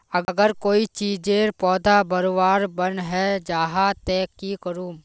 अगर कोई चीजेर पौधा बढ़वार बन है जहा ते की करूम?